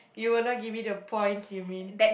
you will not give me the points you mean